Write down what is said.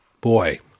Boy